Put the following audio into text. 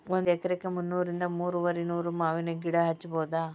ಒಂದ ಎಕರೆಕ ಮುನ್ನೂರಿಂದ ಮೂರುವರಿನೂರ ಮಾವಿನ ಗಿಡಾ ಹಚ್ಚಬೌದ